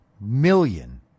million